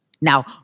Now